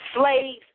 slaves